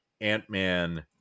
Ant-Man